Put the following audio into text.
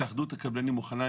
התאחדות הקבלנים מוכנה,